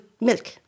milk